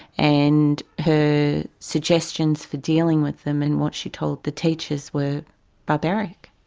and her suggestions for dealing with them and what she told the teachers, were barbaric.